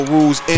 Rules